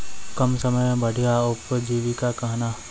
कम समय मे बढ़िया उपजीविका कहना?